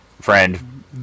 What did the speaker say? friend